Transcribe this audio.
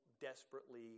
desperately